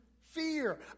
fear